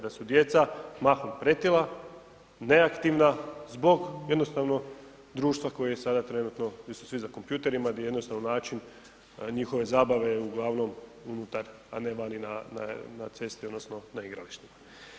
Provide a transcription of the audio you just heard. Da su djeca mahom pretila, neaktivna zbog jednostavno društva koje sada trenutno di su svi za kompjuterima, di jednostavno način njihove zabave je uglavnom unutar, a ne vani na cesti odnosno na igralištu.